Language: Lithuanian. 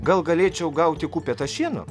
gal galėčiau gauti kupetą šieno